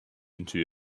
into